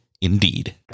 Indeed